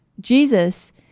Jesus